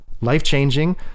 life-changing